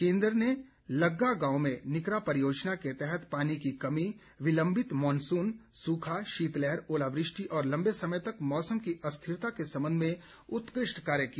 केंद्र ने लग्गा गांव में निकरा परियोजना के तहत पानी की कमी विलम्बित मॉनसून सूखा शीतलहर ओलावृष्टि और लंबे समय तक मौसम की अस्थिरता के संबंध में उत्कृष्ट कार्य किया